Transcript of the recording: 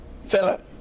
Philip